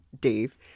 Dave